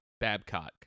babcock